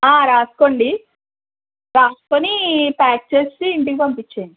ఆ రాసుకోండి రాసుకొని ప్యాక్ చేసి ఇంటికి పంపించేయండి